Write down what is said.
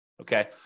Okay